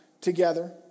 together